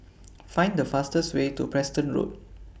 Find The fastest Way to Preston Road